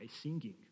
singing